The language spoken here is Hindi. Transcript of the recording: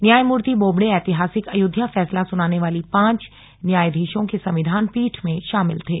न्यायमूर्ति बोबड़े ऐतिहासिक अयोध्या फैसला सुनाने वाली पांच न्यायाधीशों की संविधान पीठ में शामिल थे